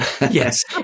Yes